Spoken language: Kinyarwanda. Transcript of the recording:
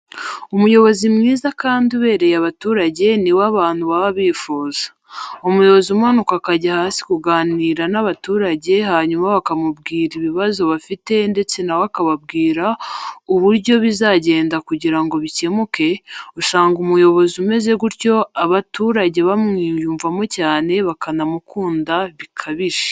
Umuyobozi mwiza kandi ubereye abaturage ni we abantu baba bifuza. Umuyobozi umanuka akajya hasi kuganira n'abaturage hanyuma bakamubwira ibibazo bafite ndetse na we akababwira uburo bizagenda kugira ngo bikemuke, usanga umuyobozi umeze gutyo abaturage bamwiyumvamo cyane, bakanamukunda bikabije.